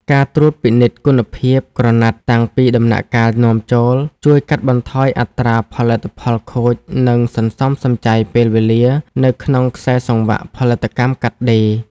ការត្រួតពិនិត្យគុណភាពក្រណាត់តាំងពីដំណាក់កាលនាំចូល ជួយកាត់បន្ថយអត្រាផលិតផលខូច និងសន្សំសំចៃពេលវេលានៅក្នុងខ្សែសង្វាក់ផលិតកម្មកាត់ដេរ។